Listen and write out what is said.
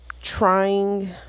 trying